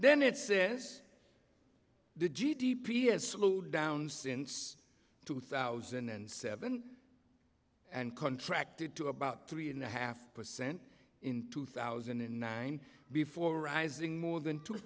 then it says the g d p has slowed down since two thousand and seven and contracted to about three and a half percent in two thousand and nine before rising more than two